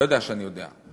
אתה יודע שאני יודע.